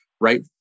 right